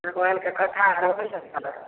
भगवानके कथा आर होइत छनि कहाँ द